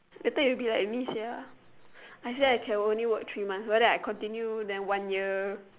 later you will be like me sia I say I can only work three month but then I continue then one year